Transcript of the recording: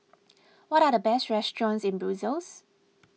what are the best restaurants in Brussels